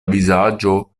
vizaĝo